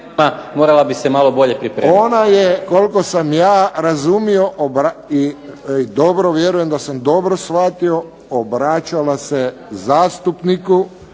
morala bi se malo bolje pripremiti. **Friščić, Josip (HSS)** Ona je koliko sam ja razumio i dobro, vjerujem da sam dobro shvatio, obraćala se zastupniku